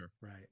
Right